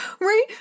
right